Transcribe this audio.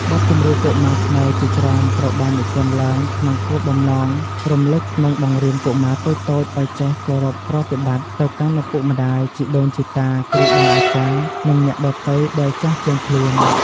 បទចម្រៀងកុមារខ្មែរជាច្រើនត្រូវបាននិពន្ធឡើងក្នុងគោលបំណងរំលឹក និងបង្រៀនកុមារតូចៗឲ្យចេះ គោរពប្រតិបត្តិ ទៅកាន់ឪពុកម្ដាយ ជីដូនជីតា គ្រូបាអាចារ្យ និងអ្នកដទៃដែលចាស់ជាងខ្លួន។